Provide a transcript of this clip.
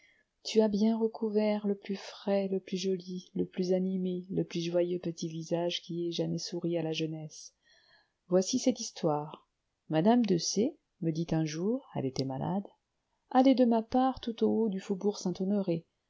tu as bien recouvert le plus frais le plus joli le plus animé le plus joyeux petit visage qui ait jamais souri à la jeunesse voici cette histoire madame de c me dit un jour elle était malade allez de ma part tout au haut du faubourg saint-honoré